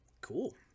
Cool